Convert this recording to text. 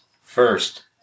first